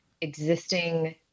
existing